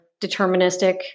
deterministic